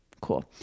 Cool